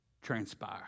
transpire